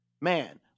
man